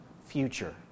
future